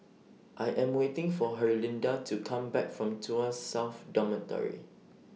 I Am waiting For Herlinda to Come Back from Tuas South Dormitory